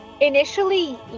initially